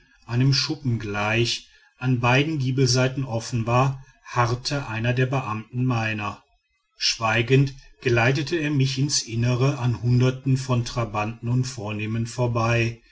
einem schuppen gleich an beiden giebelseiten offen war harrte einer der beamten meiner schweigend geleitete er mich ins innere an hunderten von trabanten und vornehmen vorbei